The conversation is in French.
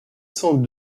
cent